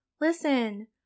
listen